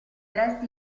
resti